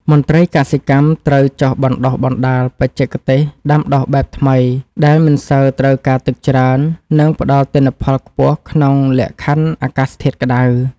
មន្ត្រីកសិកម្មត្រូវចុះបណ្តុះបណ្តាលបច្ចេកទេសដាំដុះបែបថ្មីដែលមិនសូវត្រូវការទឹកច្រើន និងផ្តល់ទិន្នផលខ្ពស់ក្នុងលក្ខខណ្ឌអាកាសធាតុក្តៅ។